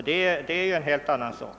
Det är en helt annan sak.